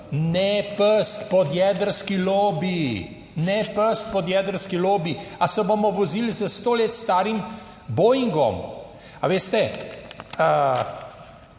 ne pest pod jedrski lobiji, ne pest pod jedrski lobiji ali se bomo vozili s sto let starim Boingom a veste.